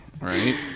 right